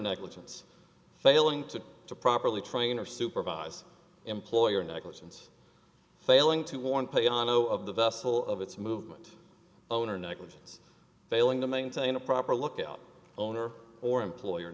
negligence failing to to properly train or supervise employer negligence failing to warn play on zero of the vessel of its movement owner negligence failing to maintain a proper lookout owner or employer